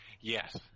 Yes